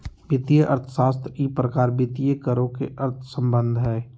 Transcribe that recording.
वित्तीय अर्थशास्त्र ई प्रकार वित्तीय करों के अंतर्संबंध हइ